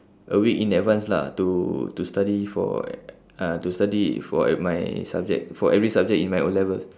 a week in advance lah to to study for uh to study for e~ my subject for every subject in my O levels